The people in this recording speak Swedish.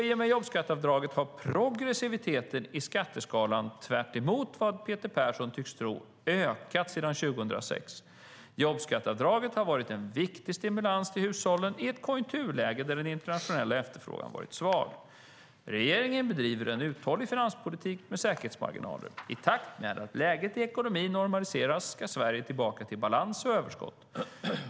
I och med jobbskatteavdraget har progressiviteten i skatteskalan, tvärtemot vad Peter Persson tycks tro, ökat sedan 2006. Jobbskatteavdraget har varit en viktig stimulans till hushållen i ett konjunkturläge där den internationella efterfrågan har varit svag. Regeringen bedriver en uthållig finanspolitik med säkerhetsmarginaler. I takt med att läget i ekonomin normaliseras ska Sverige tillbaka till balans och överskott.